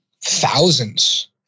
thousands